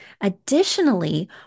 Additionally